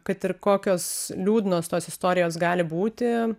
kad ir kokios liūdnos tos istorijos gali būti